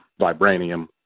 Vibranium